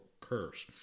curse